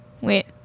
Wait